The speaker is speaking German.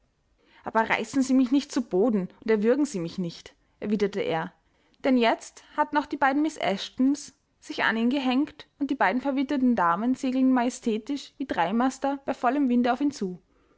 aber reißen sie mich nicht zu boden und erwürgen sie mich nicht erwiderte er denn jetzt hatten auch die beiden miß eshtons sich an ihn gehängt und die beiden verwitweten damen segelten majestätisch wie dreimaster bei vollem winde auf ihn zu